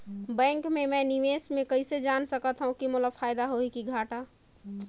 Bank मे मैं निवेश मे कइसे जान सकथव कि मोला फायदा होही कि घाटा?